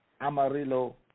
Amarillo